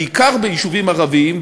בעיקר ביישובים ערביים,